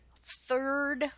third